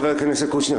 חבר הכנסת קושניר,